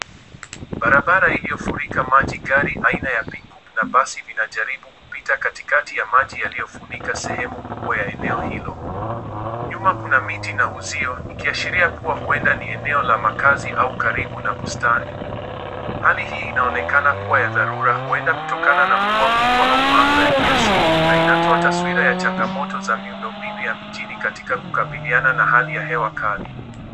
Barabara iliyofurika maji. Gari aina ya pickup na basi vinajaribu kupita katikati ya maji yaliyofunika sehemu kubwa ya eneo hilo. Nyuma kuna miti na uzio, ikiashiria kuwa huenda ni eneo la makazi au karibu na bustani. Hali hii inaonekana kuwa ya dharura; huenda kutokana na mvua kubwa au maafa ya kiasili na inatoa taswira ya changamoto za miundombinu ya mijini katika kukabiliana na hali ya hewa kali.